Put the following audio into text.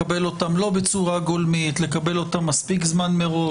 לקבל אותם לא בצורה גולמית ומספיק זמן מראש.